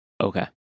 Okay